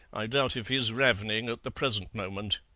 i doubt if he's ravening at the present moment